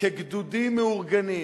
כגדודים מאורגנים